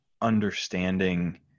understanding